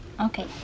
okay